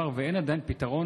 ועדיין אין פתרון,